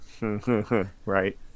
Right